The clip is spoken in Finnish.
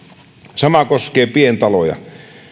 sama koskee pientaloja